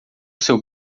seu